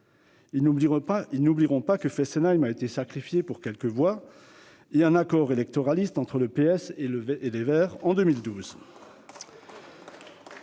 Ils n'oublieront pas que Fessenheim a été sacrifiée pour quelques voix et un accord électoraliste entre le PS et les Verts en 2012.